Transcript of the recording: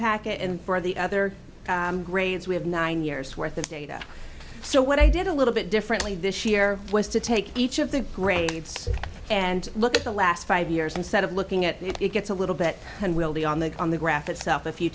packet and the other grades we have nine years worth of data so what i did a little bit differently this year was to take each of the grades and look at the last five years instead of looking at it it gets a little bit unwieldy on the on the graph itself if you